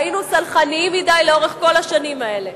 והיינו סלחנים מדי לאורך כל השנים האלה.